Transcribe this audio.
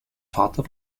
vater